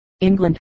England